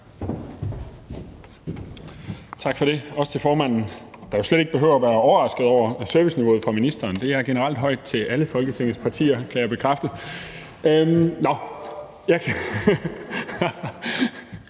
Tak for det, også til formanden, der jo slet ikke behøver at være overrasket over serviceniveauet fra ministeren. Det er generelt højt for alle Folketingets partier, kan jeg bekræfte. Det var